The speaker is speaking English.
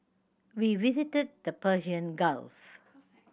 we visited the Persian Gulf